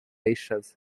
y’ishaza